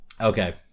Okay